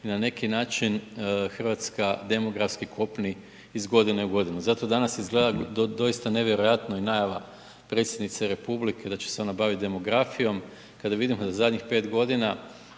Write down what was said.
i na neki način Hrvatska demografski kopni iz godine u godinu. Zato danas izgleda doista nevjerojatno i najava predsjednice republike da će se ona baviti demografijom kada vidimo da zadnjih 5 godina